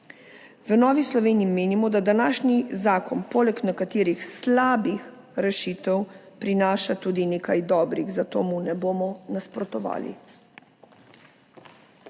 V Novi Sloveniji menimo, da današnji zakon poleg nekaterih slabih rešitev prinaša tudi nekaj dobrih, zato mu ne bomo nasprotovali.